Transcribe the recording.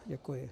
Děkuji.